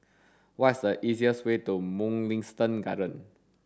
what is the easiest way to Mugliston Gardens